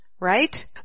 right